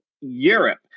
Europe